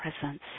presence